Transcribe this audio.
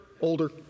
older